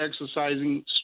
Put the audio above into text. exercising